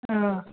ம்